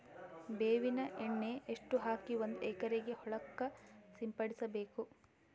ಬೇವಿನ ಎಣ್ಣೆ ಎಷ್ಟು ಹಾಕಿ ಒಂದ ಎಕರೆಗೆ ಹೊಳಕ್ಕ ಸಿಂಪಡಸಬೇಕು?